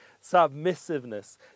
submissiveness